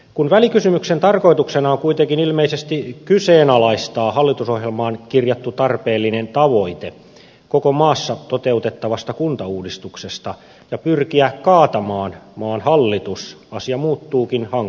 kun välikysymyksen tarkoituksena on kuitenkin ilmeisesti kyseenalaistaa hallitusohjelmaan kirjattu tarpeellinen tavoite koko maassa toteutettavasta kuntauudistuksesta ja pyrkiä kaatamaan maan hallitus asia muuttuukin hankalammaksi